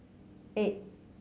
eight